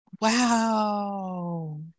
Wow